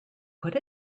put